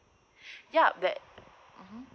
yup that mmhmm